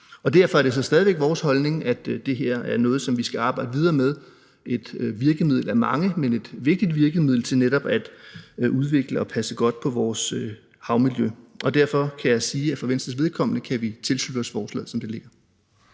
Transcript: Derfor er det stadig væk vores holdning, at det her er noget, vi skal arbejde videre med. Det er et virkemiddel blandt mange, men et vigtigt virkemiddel til netop at udvikle og passe godt på vores havmiljø. Derfor kan jeg sige, at for Venstres vedkommende kan vi tilslutte os forslaget, som det ligger.